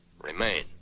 remain